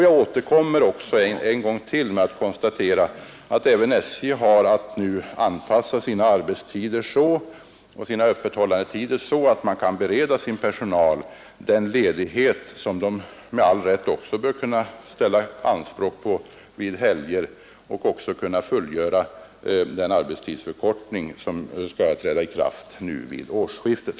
Jag återkommer ännu en gång med att konstatera att även SJ har att anpassa sina öppethållandetider så att man kan bereda sin personal den ledighet som de med all rätt också kan ställa anspråk på vid helger. Detsamma gäller den arbetstidsförkortning som skall träda i kraft vid årsskiftet.